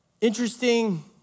interesting